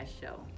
show